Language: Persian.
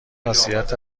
خاصیت